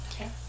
Okay